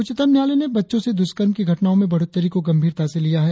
उच्चतम न्यायालय ने बच्चों से द्रष्कर्म की घटनाओं में बढ़ोत्तरी को गंभीरता से लिया है